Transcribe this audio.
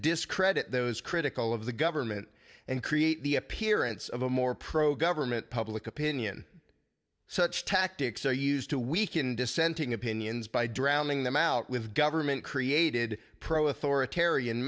discredit those critical of the government and create the appearance of a more pro government public opinion such tactics are used to weaken dissenting opinions by drowning them out with government created pro authoritarian